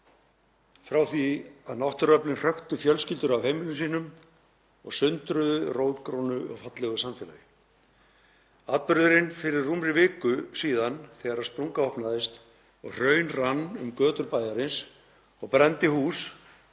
frá því að náttúruöflin hröktu fjölskyldur af heimilum sínum og sundruðu rótgrónu og fallegu samfélagi. Atburðurinn fyrir rúmri viku síðan þegar sprunga opnaðist og hraun rann um götur bæjarins og brenndi hús